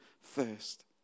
first